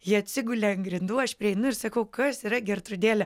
ji atsigulė ant grindų aš prieinu ir sakau kas yra gertrūdėle